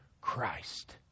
Christ